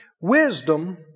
Wisdom